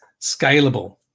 scalable